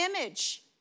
image